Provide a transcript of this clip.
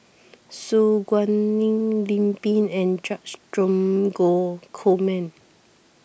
Su Guaning Lim Pin and George Dromgold Coleman